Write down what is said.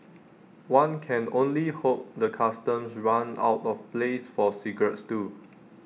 one can only hope the Customs runs out of place for cigarettes too